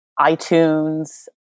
iTunes